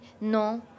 non